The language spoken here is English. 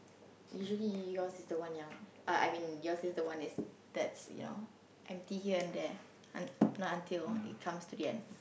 usually yours is the one yang uh I mean yours is the one is that's you know empty here and there un~ not until it comes to the end